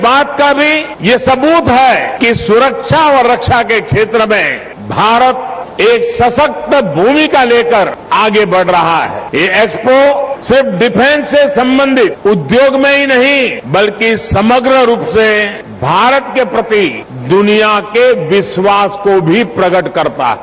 इस बात का भी यह सबूत है कि सुरक्षा और रक्षा के क्षेत्र में भारत एक संशक्त भूमिका लेकर आगे बढ़ रहा हैं यह एक्सपो सिर्फ डिफेंस से संबंधित उद्योग में ही नहीं बल्कि समग्र रूप से भारत के प्रति दुनिया के विश्वास को भी प्रकट करता है